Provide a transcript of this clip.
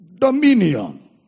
dominion